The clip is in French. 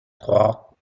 trois